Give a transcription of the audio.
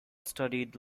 studied